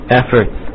efforts